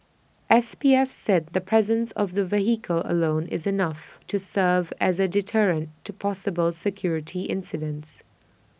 S P F said the presence of the vehicle alone is enough to serve as A deterrent to possible security incidents